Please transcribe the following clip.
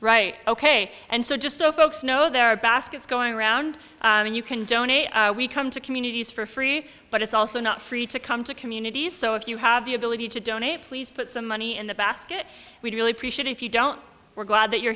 right ok and so just so folks know there are baskets going around and you can donate we come to communities for free but it's also not free to come to communities so if you have the ability to donate please put some money in the basket we really appreciate if you don't we're glad that you're